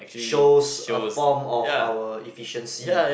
shows a form of our efficiency